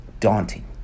daunting